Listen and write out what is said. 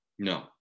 No